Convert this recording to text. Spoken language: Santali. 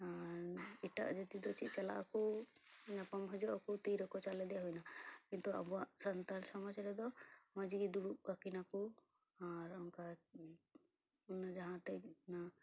ᱟᱨ ᱤᱴᱟᱜ ᱡᱟᱹᱛᱤ ᱫᱚ ᱪᱮᱫ ᱪᱟᱞᱟ ᱟᱠᱚ ᱧᱟᱯᱟᱢ ᱦᱤᱡᱩ ᱟᱠᱚ ᱛᱤᱨᱮᱠᱚ ᱪᱟᱞ ᱟᱫᱮᱭᱟ ᱦᱩᱭ ᱱᱟ ᱠᱤᱱᱛᱩ ᱟᱵᱚᱣᱟᱜ ᱥᱟᱱᱛᱟᱲ ᱥᱚᱢᱟᱡᱽ ᱨᱮᱫᱚ ᱢᱚᱡᱽ ᱜᱮ ᱫᱩᱲᱩᱵ ᱠᱟᱠᱤᱱᱟᱹ ᱠᱚ ᱟᱨ ᱚᱱᱠᱟ ᱡᱟᱦᱟᱸ ᱴᱷᱮᱡ ᱦᱩᱭᱩᱜ ᱠᱟᱱᱟ ᱪᱩᱢᱳᱲᱟ